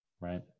right